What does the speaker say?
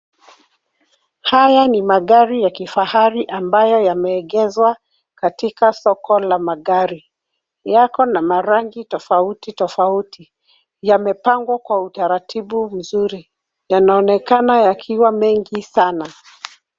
Haya ni magari ya kifahari ambayo yameegeshwa katika soko la magari. Yako na rangi tofauti tofauti, yamepangwa kwa utaratibu mzuri. Yanaonekana yakiwa mengi sana.